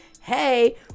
hey